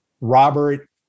Robert